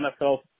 NFL